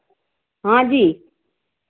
हाँ जी